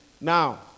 Now